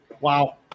Wow